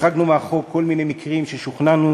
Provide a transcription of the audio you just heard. החרגנו מהחוק כל מיני מקרים ששוכנענו